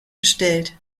bestellt